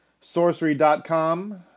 sorcery.com